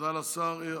תודה לשר.